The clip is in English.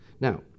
Now